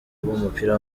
w’umupira